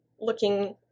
looking